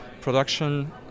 production